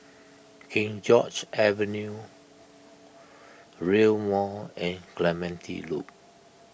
King George's Avenue Rail Mall and Clementi Loop